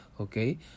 okay